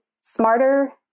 smarter